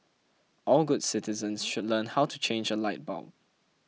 all good citizens should learn how to change a light bulb